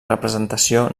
representació